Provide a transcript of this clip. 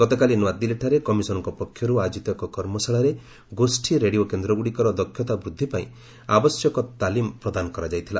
ଗତକାଲି ନୂଆଦିଲ୍ଲୀଠାରେ କମିଶନଙ୍କ ପକ୍ଷରୁ ଆୟୋଜିତ ଏକ କର୍ମଶାଳାରେ ଗୋଷ୍ଠୀ ରେଡିଓ କେନ୍ଦ୍ରଗୁଡ଼ିକର ଦକ୍ଷତା ବୃଦ୍ଧି ପାଇଁ ଆବଶ୍ୟକ ତାଲିମ ପ୍ରଦାନ କରାଯାଇଥିଲା